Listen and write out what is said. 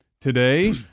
today